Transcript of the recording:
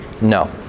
no